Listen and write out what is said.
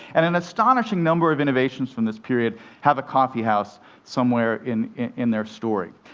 and an astonishing number of innovations from this period have a coffeehouse somewhere in in their story.